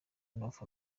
north